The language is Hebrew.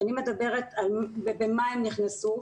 כשאני מדברת במה הם נכנסנו,